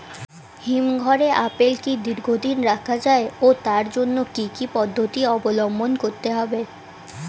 হিমঘরে আপেল কি দীর্ঘদিন রাখা যায় ও তার জন্য কি কি পদ্ধতি অবলম্বন করতে হবে?